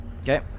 Okay